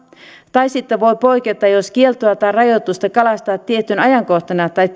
tai sitten voi poiketa jos ne koskevat kieltoa tai rajoitusta kalastaa tiettynä ajankohtana tai